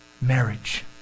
marriage